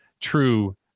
true